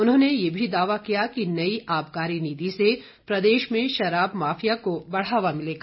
उन्होंने यह भी दावा किया नई आबकारी नीति से प्रदेश में शराब माफिया को बढ़ावा मिलेगा